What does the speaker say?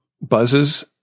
buzzes